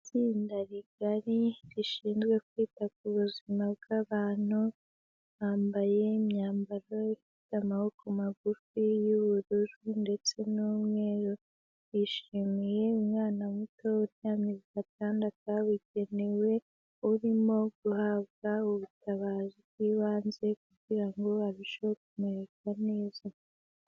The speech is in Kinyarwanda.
Itsinda rigari rishinzwe kwita ku buzima bw'abantu, bambaye imyambaro ifite amaboko magufi y'ubururu ndetse n'umweru, bishimiye umwana muto uryamye ku gatanda kabugenewe urimo guhabwa ubutabazi bw'ibanze kugira ngo arusheho kumererwa neza.